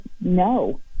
no